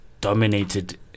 dominated